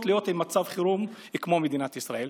להיות במצב חירום כמו מדינת ישראל.